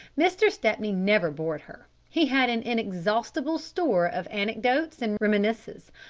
mr. stepney never bored her. he had an inexhaustible store of anecdotes and reminiscences,